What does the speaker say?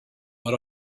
but